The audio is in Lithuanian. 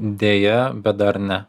deja bet dar ne